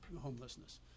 homelessness